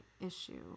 issue